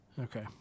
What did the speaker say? Okay